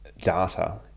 data